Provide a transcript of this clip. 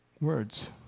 words